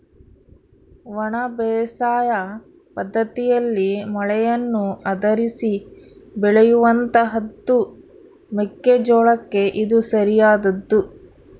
ಒಣ ಬೇಸಾಯ ಪದ್ದತಿಯಲ್ಲಿ ಮಳೆಯನ್ನು ಆಧರಿಸಿ ಬೆಳೆಯುವಂತಹದ್ದು ಮೆಕ್ಕೆ ಜೋಳಕ್ಕೆ ಇದು ಸರಿಯಾದದ್ದು